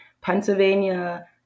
Pennsylvania